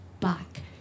back